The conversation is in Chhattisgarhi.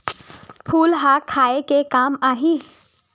फूल ह खाये के काम आही?